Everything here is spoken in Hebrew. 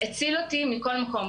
הציל אותי מכל מקום.